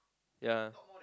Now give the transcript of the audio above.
ya